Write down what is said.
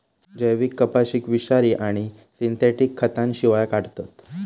जैविक कपाशीक विषारी आणि सिंथेटिक खतांशिवाय काढतत